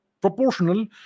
proportional